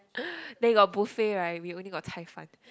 then you got buffet right we only got tai fun